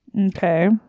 Okay